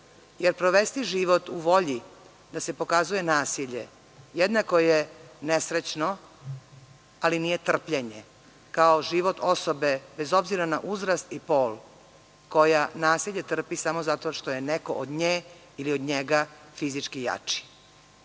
jer provesti život u volji da se pokazuje nasilje jednako je nesrećno, ali nije trpljenje, kao život osobe, bez obzira na uzrast i pol, koja nasilje trpi samo zato što je neko od nje ili od njega fizički jači.U